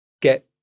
get